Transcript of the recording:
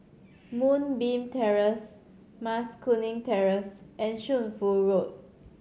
Moonbeam Terrace Mas Kuning Terrace and Shunfu Road